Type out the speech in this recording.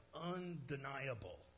undeniable